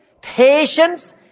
patience